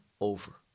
over